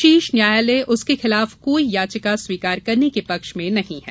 शीर्ष न्यायालय उसके खिलाफ कोई याचिका स्वीकार करने के पक्ष में नहीं है